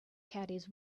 caddies